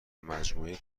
مجموعه